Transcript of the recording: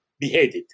Beheaded